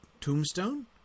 tombstone